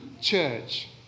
church